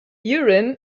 urim